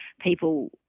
people